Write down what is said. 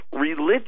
religion